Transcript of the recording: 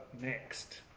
next